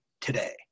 today